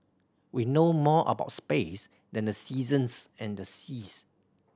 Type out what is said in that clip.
we know more about space than the seasons and the seas